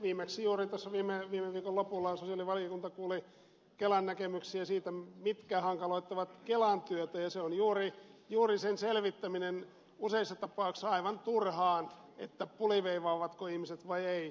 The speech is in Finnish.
viimeksi juuri tässä viime viikon lopulla sosiaalivaliokunta kuuli kelan näkemyksiä siitä mikä hankaloittaa kelan työtä ja se on juuri sen selvittäminen useissa tapauksissa aivan turhaan puliveivaavatko ihmiset vai eivät